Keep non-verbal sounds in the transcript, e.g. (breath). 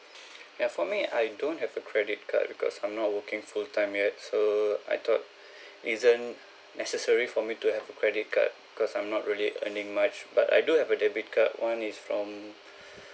ya for me I don't have a credit card because I'm not working full-time yet so I thought (breath) isn't necessary for me to have a credit card cause I'm not really earning much but I do have a debit card one is from (breath)